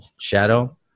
shadow